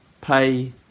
pay